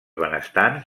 benestants